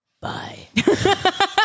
Bye